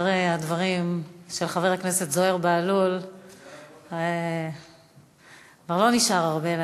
אחרי הדברים של זוהיר בהלול כבר לא נשאר הרבה להגיד,